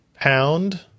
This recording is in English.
pound